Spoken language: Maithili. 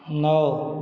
नओ